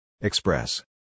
Express